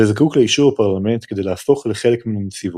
וזקוק לאישור הפרלמנט כדי להפוך לחלק מן הנציבות.